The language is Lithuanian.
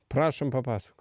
prašom papasako